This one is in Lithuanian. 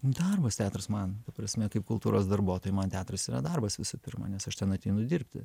darbas teatras man ta prasme kaip kultūros darbuotojui man teatras yra darbas visų pirma nes aš ten ateinu dirbti